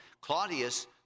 Claudius